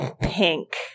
pink